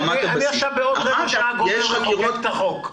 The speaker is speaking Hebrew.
ברמת הבסיס --- נניח שבעוד רבע שעה נגמור לחוקק את החוק.